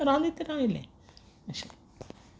रांदीत रोवलें ओशें